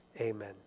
Amen